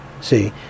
See